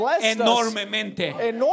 enormemente